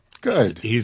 Good